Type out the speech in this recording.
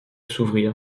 s’ouvrir